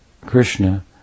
Krishna